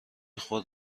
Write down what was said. خود